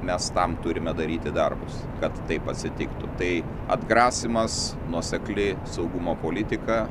mes tam turime daryti darbus kad taip atsitiktų tai atgrasymas nuosekli saugumo politika